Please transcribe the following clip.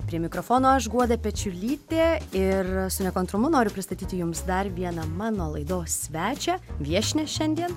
prie mikrofono aš guoda pečiulytė ir su nekantrumu noriu pristatyti jums dar vieną mano laidos svečią viešnią šiandien